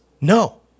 No